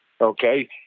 okay